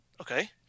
Okay